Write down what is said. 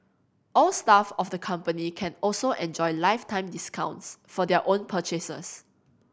all staff of the company can also enjoy lifetime discounts for their own purchases